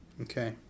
Okay